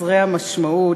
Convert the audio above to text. חסרי המשמעות,